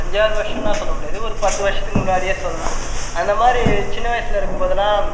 அஞ்சு ஆறு வருஷன்னால் சொல்ல முடியாது ஒரு பத்து வருஷத்துக்கு முன்னாடியே சொல்லலாம் அந்த மாதிரி சின்ன வயசில் இருக்கும் போதெல்லாம்